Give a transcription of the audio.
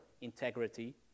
integrity